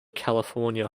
california